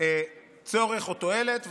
צורך או תועלת,